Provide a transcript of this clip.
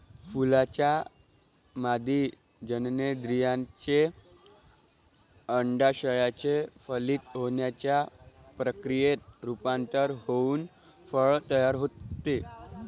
फुलाच्या मादी जननेंद्रियाचे, अंडाशयाचे फलित होण्याच्या प्रक्रियेत रूपांतर होऊन फळ तयार होते